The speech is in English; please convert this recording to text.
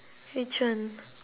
which one